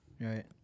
Right